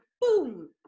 boom